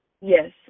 Yes